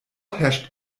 herrscht